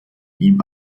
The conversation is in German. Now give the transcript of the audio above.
ihm